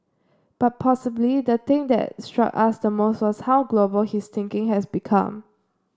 but possibly the thing that struck us the most was how global his thinking has become